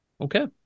Okay